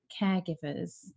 caregivers